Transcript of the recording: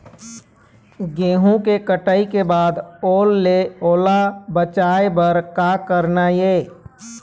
गेहूं के कटाई के बाद ओल ले ओला बचाए बर का करना ये?